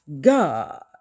God